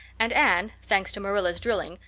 and anne, thanks to marilla's drilling,